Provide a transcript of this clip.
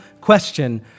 question